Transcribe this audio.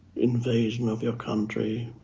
invasion of your country,